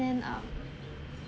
then um